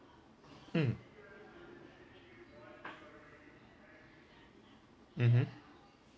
mm mmhmm